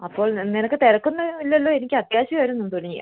അപ്പോൾ നിനക്ക് തിരക്ക് ഒന്നുമില്ലല്ലോ എനിക്ക് അത്യാവശ്യം ആയിരുന്നു തുണി